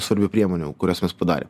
svarbių priemonių kurias mes padarėm